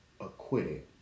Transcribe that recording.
acquitted